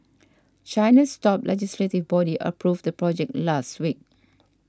China's top legislative body approved the project last week